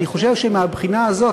אני חושב שמהבחינה הזאת,